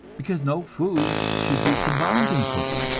because no foods should be combined in cooking.